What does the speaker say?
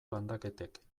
landaketek